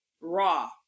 raw